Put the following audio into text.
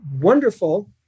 wonderful